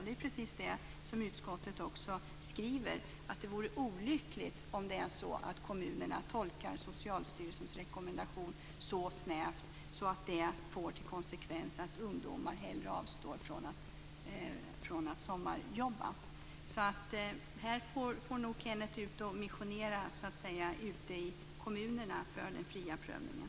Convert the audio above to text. Det är precis det som utskottet också skriver, att det vore olyckligt om kommunerna tolkar Socialstyrelsens rekommendation så snävt att det får till konsekvens att ungdomar hellre avstår från att sommarjobba. Här får nog Kenneth ge sig ut och missionera ute i kommunerna för den fria prövningen.